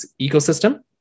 ecosystem